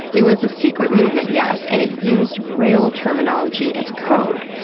it was a secret movement, yes, and it used rail terminology as code,